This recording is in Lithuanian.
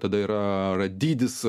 tada yra yra dydis